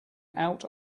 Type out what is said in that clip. out